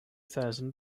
thousand